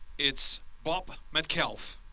it's bob metcalfe.